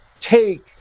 take